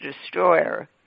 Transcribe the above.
destroyer